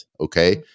Okay